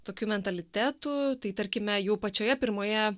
tokiu mentalitetu tai tarkime jau pačioje pirmoje